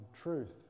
truth